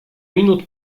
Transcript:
minut